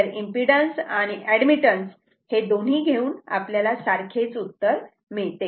तर इम्पेडन्स आणि ऍडमिटन्स दोन्ही घेऊन आपल्याला सारखेच उत्तर मिळते